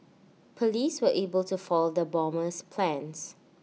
Police were able to foil the bomber's plans